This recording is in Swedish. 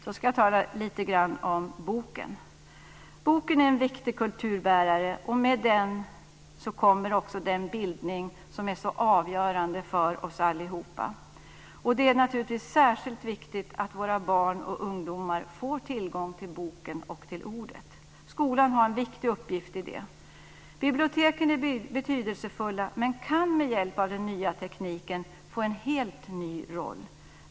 Så ska jag tala lite grann om boken. Boken är en viktig kulturbärare, och med den kommer också den bildning som är så avgörande för oss alla. Det är naturligtvis särskilt viktigt att våra barn och ungdomar få tillgång till boken och till ordet. Skolan har en viktig uppgift i det. Biblioteken är betydelsefulla men kan med hjälp av den nya tekniken få en helt ny roll.